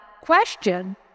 question